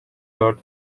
dört